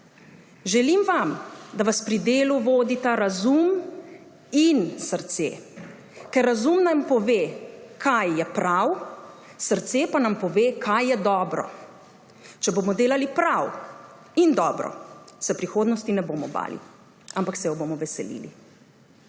Želim vam, da vas pri delu vodita razum in srce. Ker razum nam pove, kaj je prav, srce pa nam pove, kaj je dobro. Če bomo delali prav in dobro, se prihodnosti ne bomo bali, ampak se je bomo veselili.